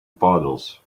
puddles